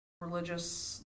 religious